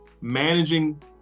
managing